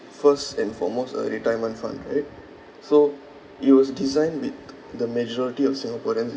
first and foremost a retirement fund right so it was designed with the majority of singaporeans